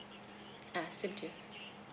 ah same too